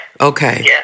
Okay